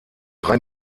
drei